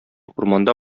урманда